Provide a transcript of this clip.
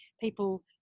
people